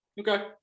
Okay